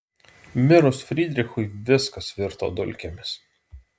mirus frydrichui viskas virto dulkėmis